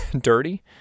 dirty